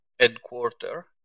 headquarter